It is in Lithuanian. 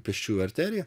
pėsčiųjų arteriją